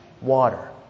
water